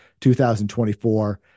2024